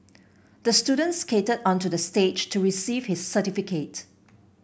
the student skated onto the stage to receive his certificate